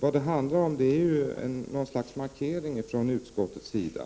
Vad det handlar om är något slags markering från utskottets sida,